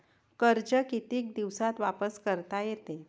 कर्ज कितीक दिवसात वापस करता येते?